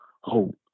hope